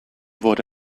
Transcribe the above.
wurde